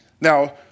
Now